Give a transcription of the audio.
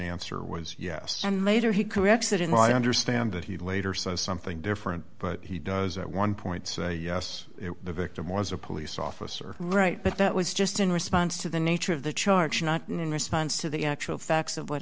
answer was yes and mater he corrects that and i understand that he later says something different but he does at one point say yes the victim was a police officer right but that was just in response to the nature of the charge not in response to the actual facts of what